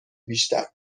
بیشتر